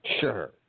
Sure